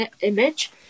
image